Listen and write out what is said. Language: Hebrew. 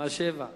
מה שבע?